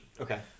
Okay